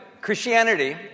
Christianity